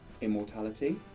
immortality